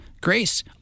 grace